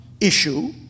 issue